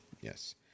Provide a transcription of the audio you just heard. Yes